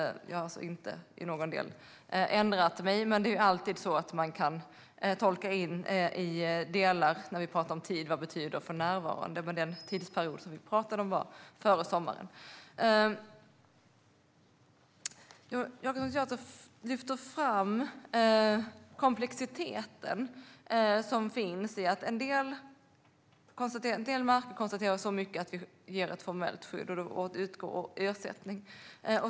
Jag har alltså inte i någon del ändrat mig, men det är ju alltid så när vi talar om tid att det kan tolkas olika - vad betyder "för närvarande"? Den tidsperiod vi talade om var dock före sommaren. Jonas Jacobsson Gjörtler lyfter fram den komplexitet som finns i att en del marker konstateras ha så stort skyddsvärde att vi ger ett formellt skydd. Då utgår ersättning.